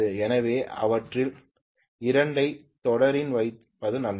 எனவே அவற்றில் இரண்டை தொடரில் வைப்பது நல்லது